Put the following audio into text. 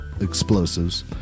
explosives